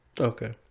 okay